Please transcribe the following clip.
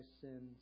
sins